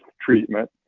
treatment